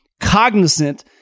cognizant